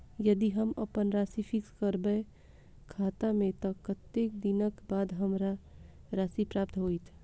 यदि हम अप्पन राशि फिक्स करबै खाता मे तऽ कत्तेक दिनक बाद हमरा राशि प्राप्त होइत?